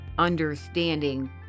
understanding